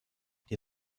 die